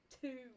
two